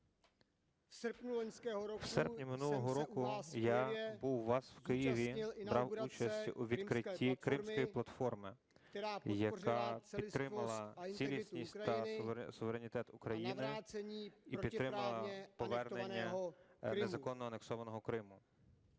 У серпні минулого року я був у вас у Києві, брав участь у відкритті Кримської платформи, яка підтримала цілісність та суверенітет України і підтримала повернення незаконно анексованого Криму.